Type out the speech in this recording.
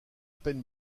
peine